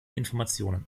informationen